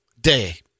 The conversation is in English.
day